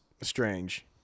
strange